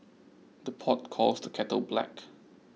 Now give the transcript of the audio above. the pot calls the kettle black